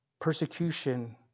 persecution